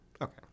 Okay